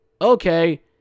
okay